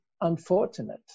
unfortunate